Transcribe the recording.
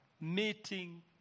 meeting